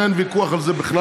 אין ויכוח על זה בכלל.